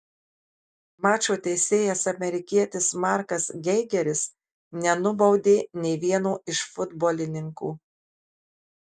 mačo teisėjas amerikietis markas geigeris nenubaudė nė vieno iš futbolininkų